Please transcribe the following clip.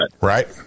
Right